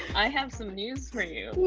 i have some news for you.